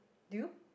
do you